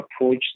approach